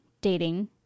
dating